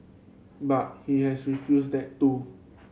but he has refused that too